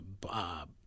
Bob